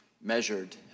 measured